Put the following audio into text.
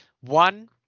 One